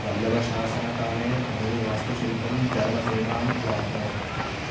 पल्लवशासनकाले तमिळुवास्तुशिल्पं चर्मसीमाम् अवाप्नोत्